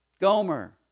Gomer